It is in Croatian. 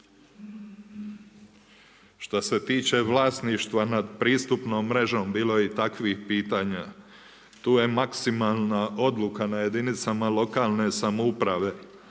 Što se tiče vlasništva nad pristupnom mrežom, bilo je i takvih pitanja. Tu je maksimalna odluka na jedinicama lokalne samouprave.